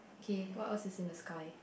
okay what else is in the sky